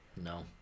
No